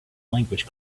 language